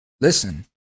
listen